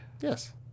yes